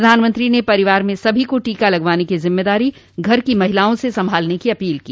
प्रधानमंत्री ने परिवार में सभी को टीका लगवाने की जिम्मेदारी घर की महिलाओं से संभालने की अपील की